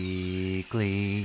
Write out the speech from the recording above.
Weekly